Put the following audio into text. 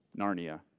Narnia